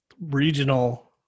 regional